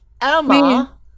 Emma